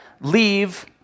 leave